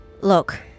Look